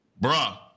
bruh